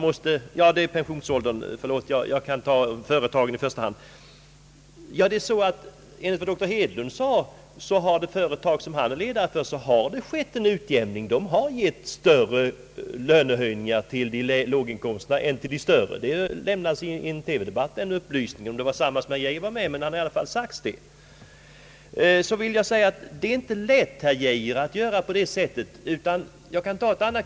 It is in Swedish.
Det var det jag gärna ville förklara. Vad herr Hedlund beträffar, så har det företag som han är ledare för företagit en utjämning i det man gett större lönehöjningar till låginkomsttagarna än till övriga löntagare. Den upplysningen lämnades i en TV-debatt. Jag vet inte om det var samma debatt som den herr Geijer deltog i, men det har i alla fall sagts. Det är, herr Geijer, inte lätt att göra på det sättet. Jag kan ta ett exempel.